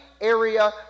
area